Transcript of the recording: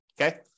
Okay